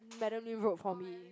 Madam Lim wrote for me